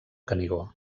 canigó